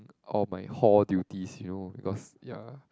all my hall duties you know because ya